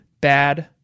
bad